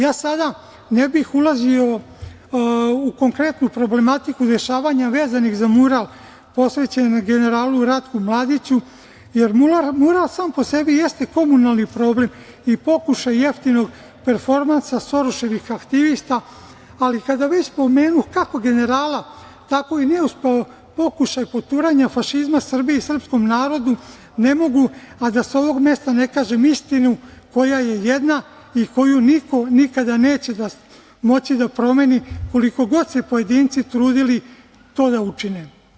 Ja ne bih sada ulazio u konkretnu problematiku dešavanja vezanih za mural posvećenom generalu Ratku Mladiću, jer mural sam po sebi jeste komunalni problem i pokušaj jeftinog performansa Soroševih aktivista, ali kada već spomenuh kako generala, tako i neuspeo pokušaj poturanja fašizma Srbiji i srpskom narodu, ne mogu a da sa ovog mesta ne kažem istinu koja je jedna i koju nikada niko neće moći da promeni, koliko god se pojedinci trudili to da učine.